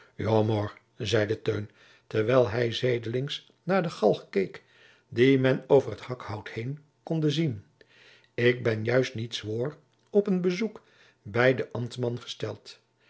terwijl hij zijdelings naar den galg keek die men over het hakhout heen konde zien ik ben juist niet zwoâr op een bezoek bij den ambtman gesteld